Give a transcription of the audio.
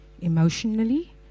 emotionally